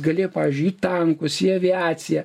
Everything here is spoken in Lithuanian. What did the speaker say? galėjo pavyzdžiui į tankus į aviaciją